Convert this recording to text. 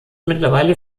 mittlerweile